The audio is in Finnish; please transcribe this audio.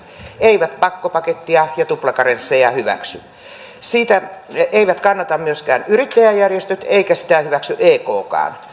eivät pakkopakettia ja tuplakarensseja hyväksy niitä eivät kannata myöskään yrittäjäjärjestöt eikä niitä hyväksy ekkaan